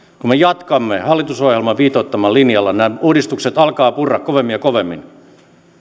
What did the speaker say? kun me jatkamme hallitusohjelman viitoittamalla linjalla nämä uudistukset alkavat purra kovemmin ja kovemmin